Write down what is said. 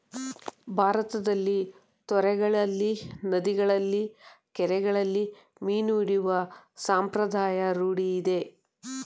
ಭಾರತದಲ್ಲಿ ತೊರೆಗಳಲ್ಲಿ, ನದಿಗಳಲ್ಲಿ, ಕೆರೆಗಳಲ್ಲಿ ಮೀನು ಹಿಡಿಯುವ ಸಂಪ್ರದಾಯ ರೂಢಿಯಿದೆ